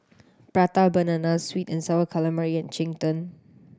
Prata Banana sweet and Sour Calamari and cheng tng